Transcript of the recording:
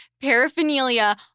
paraphernalia